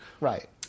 Right